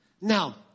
Now